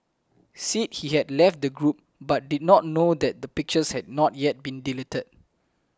said he had left the group but did not know that the pictures had not yet been deleted